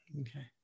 Okay